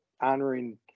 honoring